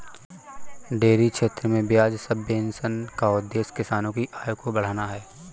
dairy क्षेत्र में ब्याज सब्वेंशन का उद्देश्य किसानों की आय को बढ़ाना है